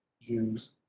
Jews